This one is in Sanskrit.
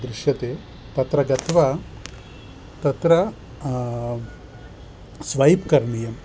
दृश्यते तत्र गत्वा तत्र स्वैप् करणीयं